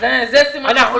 אנחנו לא רלבנטיים.